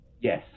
yes